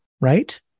Right